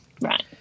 Right